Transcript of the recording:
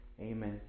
Amen